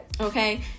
okay